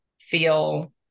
feel